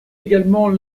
également